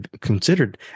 considered